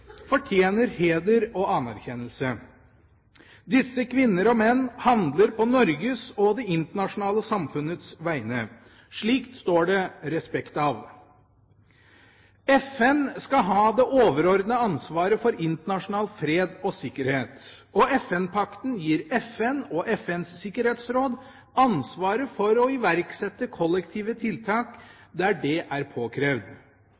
fortjener heder og anerkjennelse. Disse kvinner og menn handler på Norges og det internasjonale samfunnets vegne. Slikt står det respekt av. FN skal ha det overordnede ansvaret for internasjonal fred og sikkerhet, og FN-pakten gir FN og FNs sikkerhetsråd ansvaret for å iverksette kollektive tiltak der det er påkrevd.